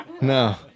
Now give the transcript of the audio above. no